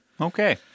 okay